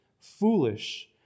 Foolish